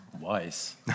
wise